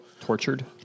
Tortured